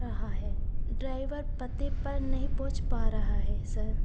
कहाँ है ड्राइवर पते पर नहीं पहुँच पा रहा है सर